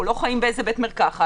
אנחנו לא חיים בבית מרקחת,